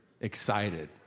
excited